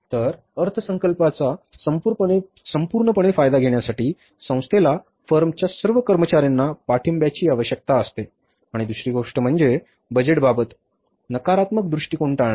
तर अर्थसंकल्पाच्या संपूर्णपणे फायदा घेण्यासाठी संस्थेला फर्मच्या सर्व कर्मचार्यांच्या पाठिंब्याची आवश्यकता असते आणि दुसरी गोष्ट म्हणजे बजेट बाबत नकारात्मक दृष्टीकोन टाळणे